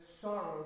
sorrow